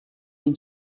این